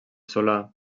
solà